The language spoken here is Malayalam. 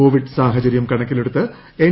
കോവിഡ് സാഹചര്യം കണക്കിലെടുത്ത് എൻ